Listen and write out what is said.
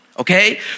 okay